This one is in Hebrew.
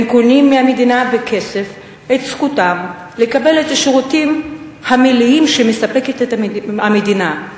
הם קונים מהמדינה בכסף את זכותם לקבל את השירותים המלאים שמספקת המדינה,